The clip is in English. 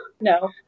No